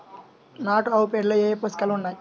నాటు ఆవుపేడలో ఏ ఏ పోషకాలు ఉన్నాయి?